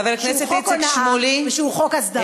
חבר הכנסת איציק שמולי, ושהוא חוק הסדרה.